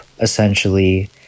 essentially